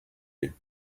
you